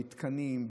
במתקנים,